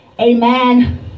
Amen